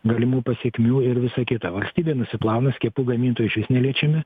galimų pasekmių ir visa kita valstybė nusiplauna skiepų gamintojai išvis neliečiami